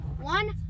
One